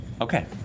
Okay